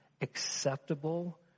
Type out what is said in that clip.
acceptable